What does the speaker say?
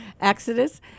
Exodus